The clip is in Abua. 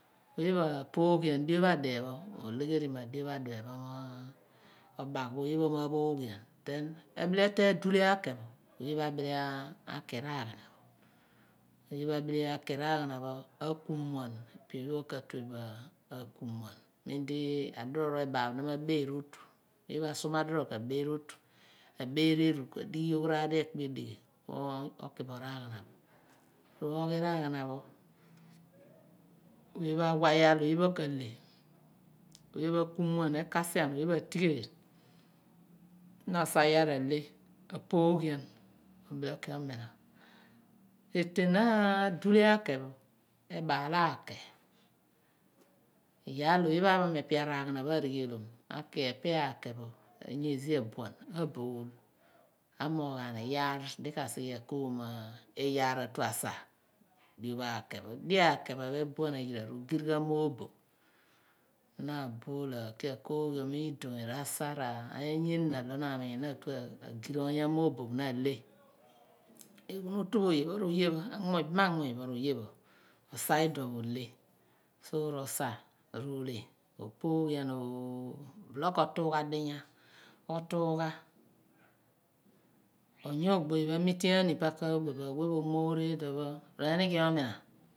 Oyepho apooghian diopha diphe pho bin adio phadiopho obag pho oyepho ma phooghian ebile teeny dulia kepho oyepho abile aki raaghana oyepho bile aki raghana aku muen ipe oyepho kaatuebo kum ani mem di adiror phe ebaal bo nama ibeer otu a beer erugh a dighi yok rar lekpe odighi yoki then kuo kibo raghanapho oyepho a kumeen ma kasien atigheel nasa iyaar ale pooghian kuo ki umina meen du lea kepho baal aake iyaa lo oyepho apham epi areghanapho arighlom kepia kepho anyesi abuan abool moghani iyar di ka kimani yar a tuasa dio pha aakepho diopha akoeph ro dirighan mo abophina bool aki akooghiom idiony rasa eniiny iyaa tonameeny na tu agirom moobo aley aghunotupho ibamamuny pho oyeph ro oyepho osai idiopho oley sai ole opoghian ku bule kutugha dinya otuugha onyugbo oyepho amiteani pa koyepho a wepho omoore diophe diphe obagh oyepho ma phoghian abile akiraghana oyepho bile aghiraghanpho kumuan ipe oyepho kadubo kumuen